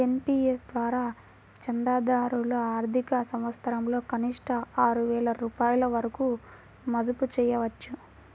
NPS ద్వారా చందాదారులు ఆర్థిక సంవత్సరంలో కనిష్టంగా ఆరు వేల రూపాయల వరకు మదుపు చేయవచ్చు